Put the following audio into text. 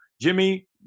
Jimmy